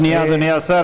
שנייה, אדוני השר.